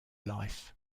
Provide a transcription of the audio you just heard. life